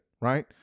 right